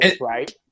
right